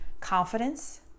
confidence